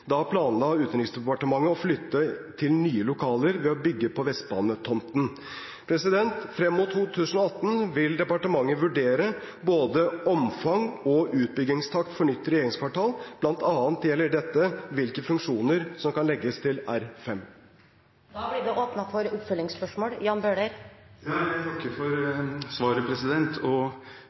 Da planla Utenriksdepartementet å flytte til nye lokaler ved å bygge på vestbanetomten. Frem mot 2018 vil departementet vurdere både omfang og utbyggingstakt for nytt regjeringskvartal. Blant annet gjelder dette hvilke funksjoner som kan legges til